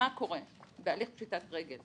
מה קורה בהליך פשיטת רגל,